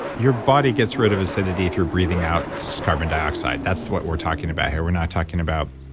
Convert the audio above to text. your body gets rid of acidity if you're breathing out carbon dioxide that's what we're talking about here. we're not talking about,